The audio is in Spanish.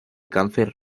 cáncer